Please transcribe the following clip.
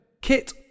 Kit